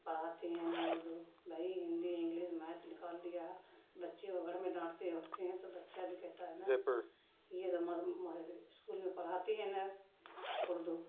پڑھاتے ہیں نہ اردو بھائی ہندی انگلس میتھ نکال دیا ہے بچے کو گھر میں ڈانٹتے ووٹتے ہیں تو بچہ بھی کہتا ہے نہ یہ تو اسکول میں پڑھاتے ہیں نہ اردو